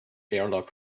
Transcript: airlock